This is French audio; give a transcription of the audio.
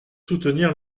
soutenir